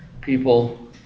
people